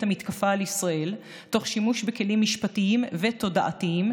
המתקפה על ישראל תוך שימוש בכלים משפטיים ותודעתיים,